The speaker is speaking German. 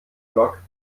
block